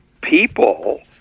people